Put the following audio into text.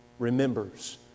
remembers